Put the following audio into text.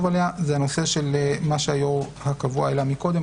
עליה זה מה שהיו"ר הקבוע העלה מקודם,